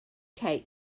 cake